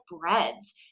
breads